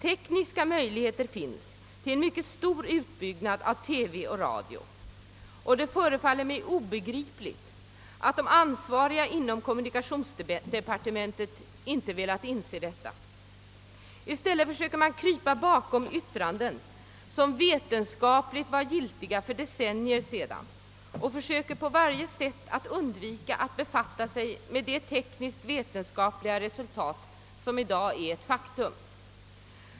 Tekniska möjligheter finns till en mycket stor utbyggnad av TV och radioverksamheten, och det förefaller mig obegripligt att de ansvariga inom kommunikationsdepartementet inte velat inse detta. I stället försöker man krypa bakom yttranden, som var vetenskapligt giltiga för decennier sedan, och försöker på varje sätt undvika att befatta sig med de tekniskt vetenskapliga resultat, vilka i dag är ett faktum.